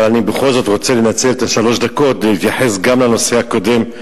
אבל אני בכל זאת רוצה לנצל את שלוש הדקות כדי להתייחס גם לנושא הקודם,